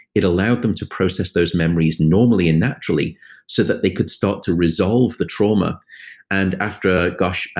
it allowed them to process those memories normally and naturally so that they could start to resolve the trauma and after, gosh,